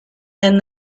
and